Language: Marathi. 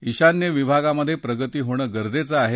ईशान्य विभागात प्रगती होणं गरजेचं आहे